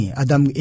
adam